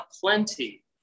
plenty